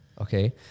Okay